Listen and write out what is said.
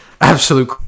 absolute